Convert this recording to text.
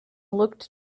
looked